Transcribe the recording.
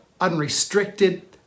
unrestricted